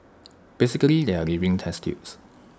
basically they are living test tubes